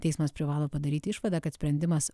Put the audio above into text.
teismas privalo padaryti išvadą kad sprendimas